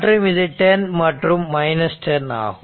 மற்றும் இது 10 மற்றும் 10 ஆகும்